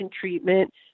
treatment